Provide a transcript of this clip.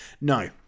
No